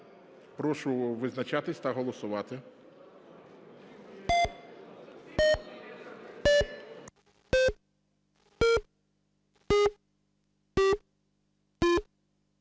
Прошу визначатися та голосувати.